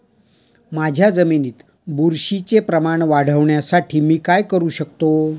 माझ्या जमिनीत बुरशीचे प्रमाण वाढवण्यासाठी मी काय करू शकतो?